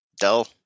dull